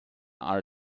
are